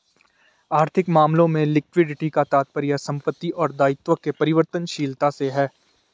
आर्थिक मामलों में लिक्विडिटी का तात्पर्य संपत्ति और दायित्व के परिवर्तनशीलता से है